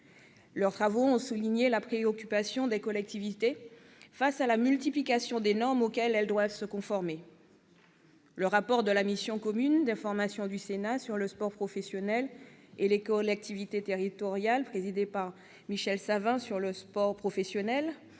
Leurs travaux ont souligné la préoccupation des collectivités face à la multiplication des normes auxquelles elles doivent se conformer. Le rapport de la mission commune d'information du Sénat sur le sport professionnel et les collectivités territoriales, présidée par Michel Savin, ainsi qu'un